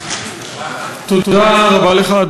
תודה רבה לך,